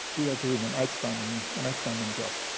we are doing an outstanding and outstanding job.